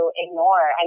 ignore